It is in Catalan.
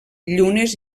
llunes